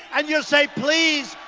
and you'll say please,